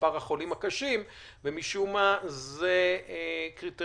במספר החולים הקשים ומשום מה זה קריטריון